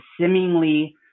seemingly